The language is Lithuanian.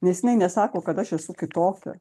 nes jinai nesako kad aš esu kitokia